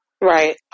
Right